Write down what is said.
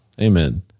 Amen